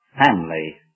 family